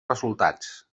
resultats